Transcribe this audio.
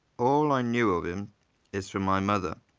all i knew of him is from my mother.